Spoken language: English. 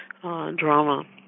drama